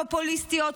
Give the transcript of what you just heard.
פופוליסטיות,